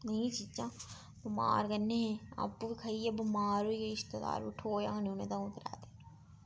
नेही चीज़ां बमार करने गी आपूं खाइयै बमार होई गेई रिश्तेदार उट्ठोएआ नी उनेंगी दो चार दिन